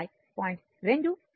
6 0